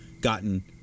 gotten